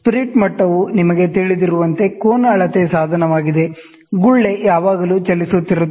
spirit ಮಟ್ಟವು ನಿಮಗೆ ತಿಳಿದಿರುವಂತೆ ಕೋನ ಅಳತೆ ಸಾಧನವಾಗಿದೆ ಬಬಲ್ ಯಾವಾಗಲೂ ಚಲಿಸುತ್ತಿರುತ್ತದೆ